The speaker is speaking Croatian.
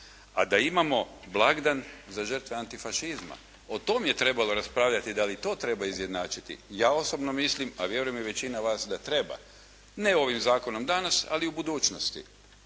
a da imamo blagdan za žrtve antifašizma. O tome je trebalo raspravljati da li to treba izjednačiti. Ja osobno mislim, a vjerujem i većina vas da treba. Ne ovim zakonom danas, ali u budućnosti,